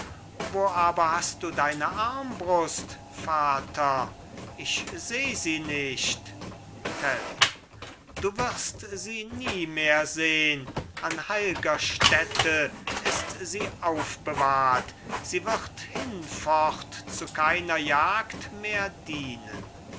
wo aber hast du deine armbrust vater ich seh sie nicht tell du wirst sie nie mehr sehn an heil'ger stätte ist sie aufbewahrt sie wird hinfort zu keiner jagd mehr dienen